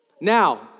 Now